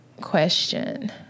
question